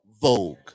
Vogue